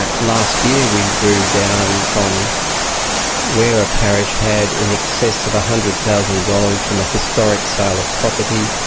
ah last year we drew down from where a parish had in excess of one ah hundred thousand dollars from a historic sale of property,